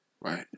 Right